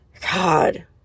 god